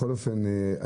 בכל אופן,